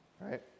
right